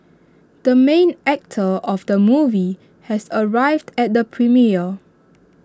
the main actor of the movie has arrived at the premiere